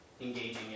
engaging